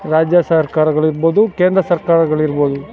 ರಾಜ್ಯ ಸರ್ಕಾರಗಳಿರ್ಬೋದು ಕೇಂದ್ರ ಸರ್ಕಾರಗಳಿರ್ಬೋದು